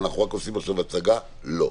ואנחנו רק עושים עכשיו הצגה לא.